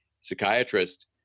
psychiatrist